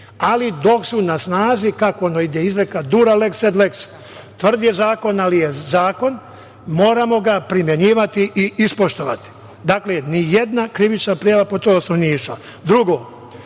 ali dok su na snazi, kako ono ide izreka „dura lex sed lek“ – „tvrd je zakon, ali je zakon“, moramo ga primenjivati i ispoštovati. Dakle, nijedna krivična prijava po toj osnovi nije iz